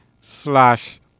slash